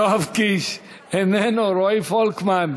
יואב קיש, אינו נוכח רועי פולקמן,